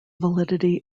validity